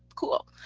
cool.